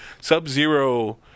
Sub-Zero